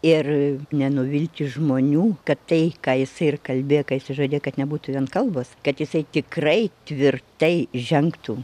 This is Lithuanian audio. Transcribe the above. ir nenuvilti žmonių kad tai ką jisai ir kalbėjo ką jisai žadėjo kad nebūtų vien kalbos kad jisai tikrai tvirtai žengtų